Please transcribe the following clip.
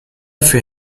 für